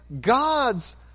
God's